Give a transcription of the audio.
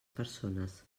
persones